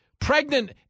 pregnant